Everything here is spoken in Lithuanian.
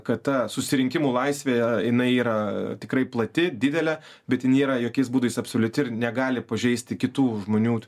kad ta susirinkimų laisvė jinai yra tikrai plati didelė bet nėra jokiais būdais absoliuti ir negali pažeisti kitų žmonių